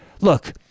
Look